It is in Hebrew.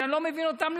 שאני לא מבין אותם,